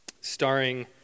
starring